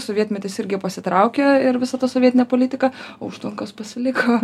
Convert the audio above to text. sovietmetis irgi pasitraukė ir visa ta sovietinė politika užtvankos pasiliko